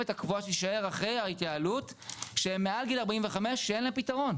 הקבועה שתישאר אחרי ההתייעלות שהם מעל גיל 45 שאין להם פתרון.